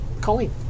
Colleen